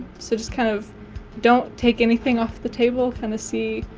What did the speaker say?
so just kind of don't take anything off the table. kind of see